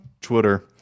Twitter